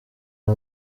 nta